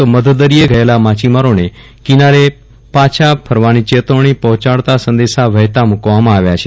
તો મધદરિયે ગયેલા માછીમારોને કિનારે પાછા ફરવાની ચેતવજ્ઞી પહોં ચાડતા સંદેશા વહેતા મુકવામાં આવ્યા છે